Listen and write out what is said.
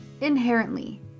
inherently